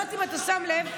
לא יודעת אם אתה שם לב,